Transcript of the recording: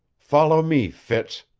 follow me, fitz,